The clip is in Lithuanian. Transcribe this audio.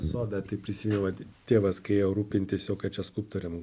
sodą taip prisiminiau va tėvas kai ejo rūpintis o ką čia skulptoriams